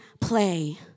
play